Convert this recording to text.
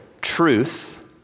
truth